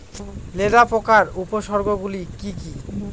লেদা পোকার উপসর্গগুলি কি কি?